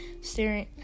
staring